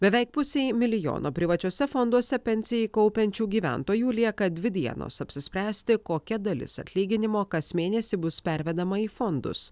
beveik pusei milijono privačiuose fonduose pensijai kaupiančių gyventojų lieka dvi dienos apsispręsti kokia dalis atlyginimo kas mėnesį bus pervedama į fondus